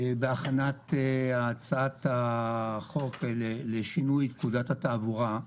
בהכנת הצעת החוק לשינוי פקודת התעבורה.